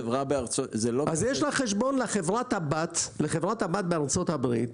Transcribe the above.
אז יש לה חשבון לחברת הבת בארצות הברית,